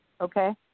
Okay